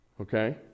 okay